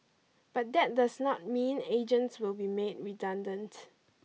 but that does not mean agents will be made redundant